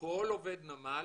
כל עובד נמל